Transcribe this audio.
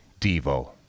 Devo